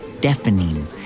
deafening